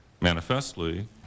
Manifestly